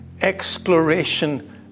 exploration